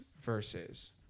verses